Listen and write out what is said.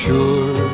Sure